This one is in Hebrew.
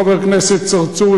חבר הכנסת צרצור,